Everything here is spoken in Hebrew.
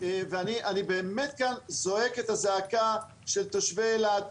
אני באמת כאן, זועק את הזעקה של תושבי אילת: